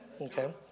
Okay